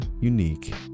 unique